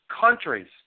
countries